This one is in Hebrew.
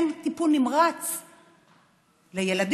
אין טיפול נמרץ לילדים.